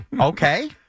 Okay